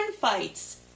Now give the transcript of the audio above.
fights